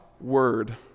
word